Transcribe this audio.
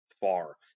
far